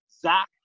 zach